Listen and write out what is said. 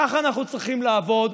ככה אנחנו צריכים לעבוד.